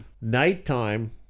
Nighttime